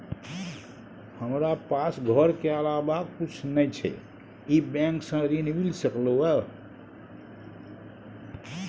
हमरा पास घर के अलावा कुछ नय छै ई बैंक स ऋण मिल सकलउ हैं?